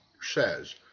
says